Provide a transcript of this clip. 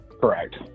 Correct